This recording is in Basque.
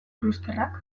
klusterrak